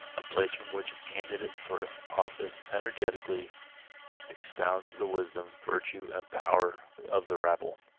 a place from which a candidate for office energetically expounds the wisdom, virtue and power of the rabble.